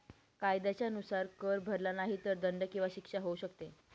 कायद्याच्या नुसार, कर भरला नाही तर दंड किंवा शिक्षा होऊ शकते